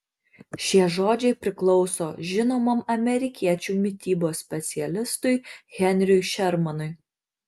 šie žodžiai priklauso žinomam amerikiečių mitybos specialistui henriui šermanui